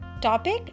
topic